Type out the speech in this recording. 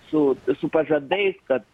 su su pažadais kad